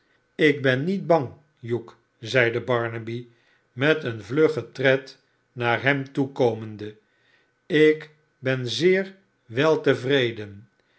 ik ben niet bang hugh zeide barnaby met een vluggen tred naar hem toe komende ik ben zeer welte vreden